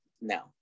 no